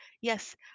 Yes